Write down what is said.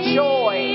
joy